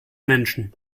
menschen